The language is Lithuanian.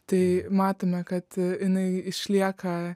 tai matome kad jinai išlieka